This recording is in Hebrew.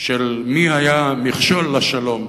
מי היה המכשול לשלום.